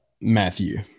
Matthew